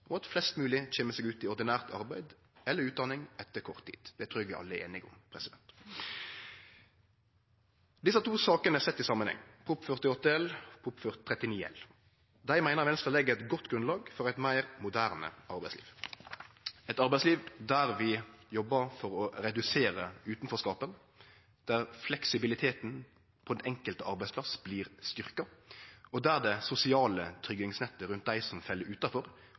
og at flest mogleg kjem seg ut i ordinært arbeid eller utdanning etter kort tid. Det trur eg vi alle er einige om. Venstre meiner at desse to sakene sett i samanheng, Prop. 48 L og Prop. 39 L, legg eit godt grunnlag for eit meir moderne arbeidsliv, der vi jobbar for å redusere utanforskapen, der fleksibiliteten på den enkelte arbeidsplass blir styrkt, og der det sosiale tryggingsnettet rundt dei som fell utanfor,